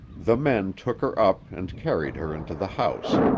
the men took her up and carried her into the house,